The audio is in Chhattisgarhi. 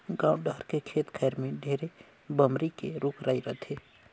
गाँव डहर के खेत खायर में ढेरे बमरी के रूख राई रथे